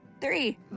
three